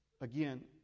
Again